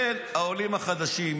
לכן העולים החדשים,